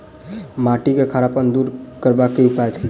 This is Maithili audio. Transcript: माटि केँ खड़ापन दूर करबाक की उपाय थिक?